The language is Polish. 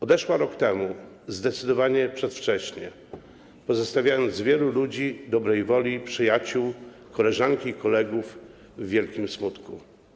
Odeszła rok temu, zdecydowanie przedwcześnie, pozostawiając wielu ludzi dobrej woli, przyjaciół, koleżanki i kolegów w wielkim smutku.